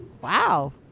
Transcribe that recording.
wow